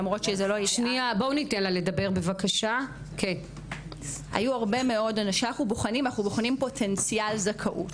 כשאנחנו בוחנים, אנחנו בוחנים פוטנציאל זכאות.